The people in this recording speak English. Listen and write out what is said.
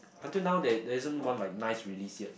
until now there there isn't one like nice relaese yet